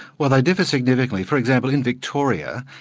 well they differ significantly. for example, in victoria,